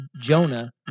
Jonah